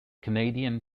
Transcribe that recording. canadian